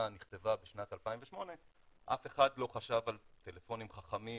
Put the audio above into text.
נכתבה בשנת 2008 אף אחד לא חשב על טלפונים חכמים